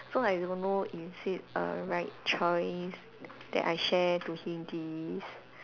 so I don't know is it a right choice that I share to him this